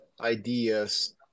ideas